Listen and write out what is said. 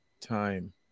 time